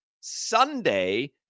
Sunday